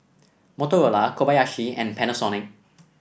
Motorola Kobayashi and Panasonic